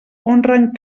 honren